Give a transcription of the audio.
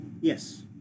Yes